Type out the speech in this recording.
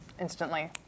instantly